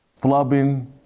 flubbing